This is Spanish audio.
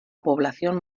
población